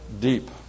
deep